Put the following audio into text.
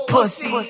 Pussy